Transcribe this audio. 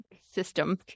system